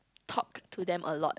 talk to them a lot